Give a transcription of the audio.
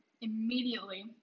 Immediately